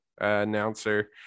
announcer